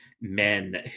men